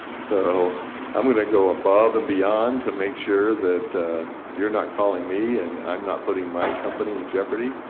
so i am going to go above and beyond to make sure that you are not calling me and i am not putting my company in jeopardy.